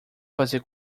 fazer